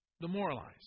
demoralized